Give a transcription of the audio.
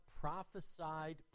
prophesied